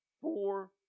four